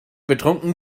betrunken